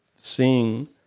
seeing